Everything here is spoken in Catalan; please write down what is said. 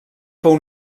fou